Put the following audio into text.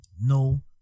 no